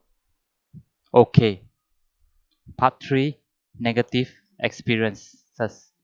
okay part three negative experience first